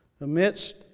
amidst